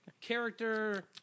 Character